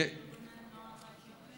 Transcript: מה עם הכסף של ארגוני הנוער האתיופי והמלגות?